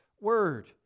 word